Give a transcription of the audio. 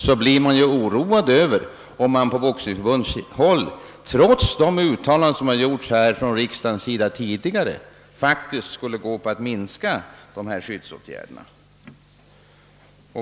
Jag för min del blir oroad om man på boxningsförbundshåll, trots de uttalanden som riksdagen tidigare gjort, skulle gå in för att minska skyddsåtgärderna.